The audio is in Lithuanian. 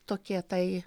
tokie tai